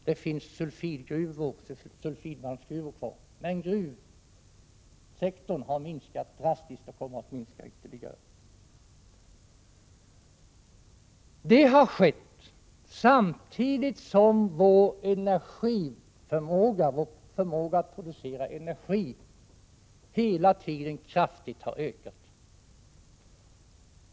Det finns också sulfidmalmsgruvor kvar, men gruvsektorn har minskat drastiskt och kommer att minska 27 ytterligare. Detta har skett samtidigt som vår energiproduktionsförmåga hela tiden 10 december 1987 kraftigt har ökat.